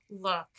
Look